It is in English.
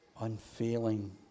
unfailing